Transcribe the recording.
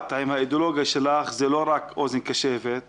את מנהיגה שיש לה תפיסה הוליסטית